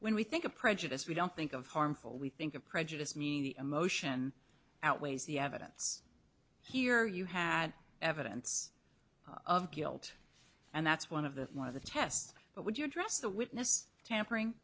when we think of prejudice we don't think of harmful we think of prejudice me the emotion outweighs the evidence here you had evidence of guilt and that's one of the one of the tests but would you address the witness tampering